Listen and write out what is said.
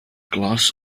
glass